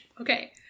Okay